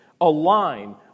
align